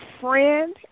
friend